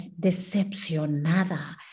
decepcionada